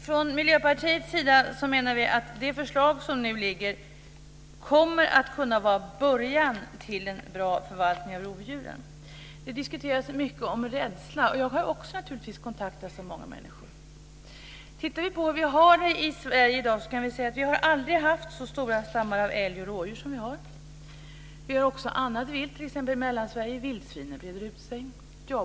Från Miljöpartiets sida menar vi att det förslag som nu föreligger kommer att kunna vara början till en bra förvaltning av rovdjuren. Det har diskuterats mycket om rädsla. Jag har också naturligtvis kontaktats av många människor. Om vi tittar på hur vi har det i Sverige i dag så kan vi se att vi aldrig har haft så stora stammar av älg och rådjur som nu. Vi har också annat vilt, t.ex. vildsvinen som breder ut sig i Mellansverige.